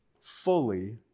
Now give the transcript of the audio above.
fully